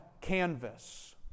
canvas